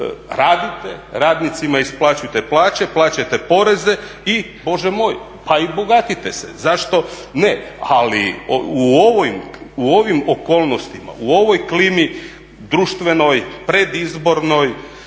radite, radnicima isplaćujte plaće, plaćajte poreze i Bože moj, pa i bogatite se, zašto ne, ali u ovim okolnostima, u ovoj klimi društvenoj, predizbornoj